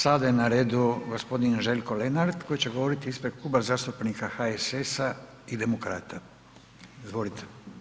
Sada je na redu gospodin Željko Lenart koji će govoriti ispred Kluba zastupnika HSS i Demokrata, izvolite.